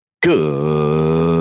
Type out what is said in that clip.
Good